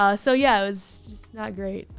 ah so, yeah, it was just not great.